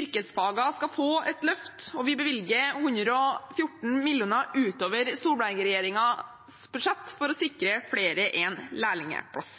Yrkesfagene skal få et løft, og vi bevilger 114 mill. kr utover Solberg-regjeringens budsjett for å sikre flere en lærlingplass.